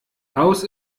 aus